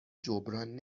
جبران